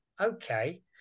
okay